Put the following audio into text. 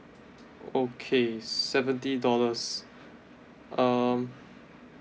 okay seventy dollars um